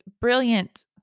brilliant